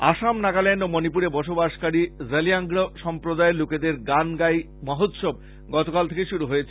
আসাম নাগাল্যন্ড ও মনিপুরে বসবাসকারী জেলিয়াংগ্রং সম্প্রদায়ের লোকেদের গান গাই মহোৎসব গতকাল থেকে শুরু হয়েছে